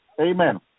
Amen